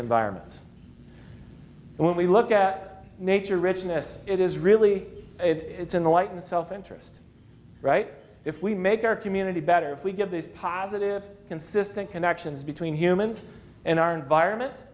environments when we look at nature richness it is really it's in the light and self interest right if we make our community better if we give these positive consistent connections between humans and our environment